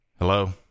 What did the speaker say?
Hello